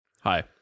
Hi